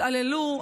התעללו,